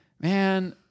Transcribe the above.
Man